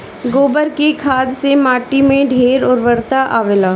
गोबर के खाद से माटी में ढेर उर्वरता आवेला